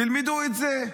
תלמדו את זה,